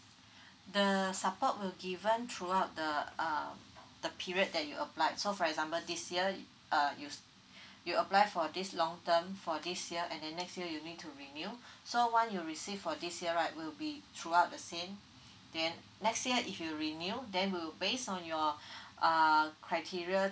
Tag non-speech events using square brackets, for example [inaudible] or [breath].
[breath] the support will given throughout the um the period that you applied so for example this year y~ uh you s~ [breath] you apply for this long term for this year and then next year you need to renew [breath] so one you receive for this year right will be throughout the same then next year if you renew then will base on your [breath] ah criteria